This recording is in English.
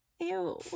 Ew